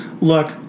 look